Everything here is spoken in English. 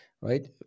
right